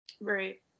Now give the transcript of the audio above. right